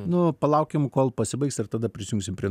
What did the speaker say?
nu palaukim kol pasibaigs ir tada prisijungsim prie